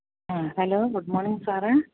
ആ hello good morning സാറെ